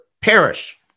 perish